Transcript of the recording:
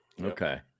Okay